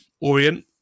Orient